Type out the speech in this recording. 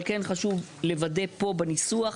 אבל, כן חשוב לוודא פה בניסוח,